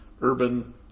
urban